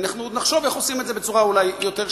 אנחנו עוד נחשוב איך עושים את זה בצורה אולי יותר שיטתית.